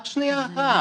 לא, רק שנייה אחת.